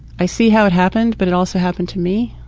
i see how it happened but it also happened to me